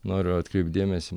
noriu atkreipt dėmesį